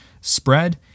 spread